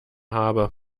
habe